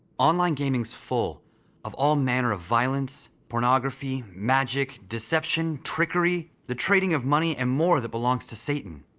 online gaming's full of all manner of violence, pornography, magic, deception, trickery, the trading of money, and more that belongs to satan.